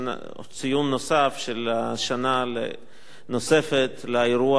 לציון נוסף של האירוע הטרגי הזה,